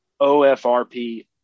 OFRP